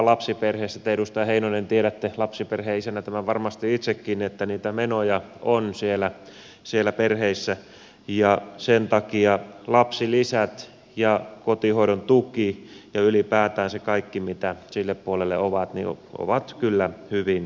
te edustaja heinonen tiedätte lapsiperheen isänä varmasti itsekin että niitä menoja on siellä perheissä ja sen takia lapsilisät ja kotihoidon tuki ja ylipäätään se kaikki mitä sille puolelle on ovat kyllä hyvin tarpeeseen